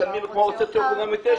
משלמים כמו סוציו-אקונומי 9,